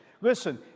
Listen